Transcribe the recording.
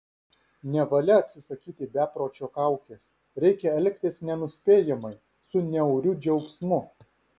nevalia atsisakyti bepročio kaukės reikia elgtis nenuspėjamai su niauriu džiaugsmu